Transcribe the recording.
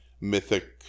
mythic